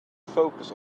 focus